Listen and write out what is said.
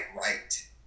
right